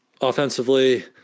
offensively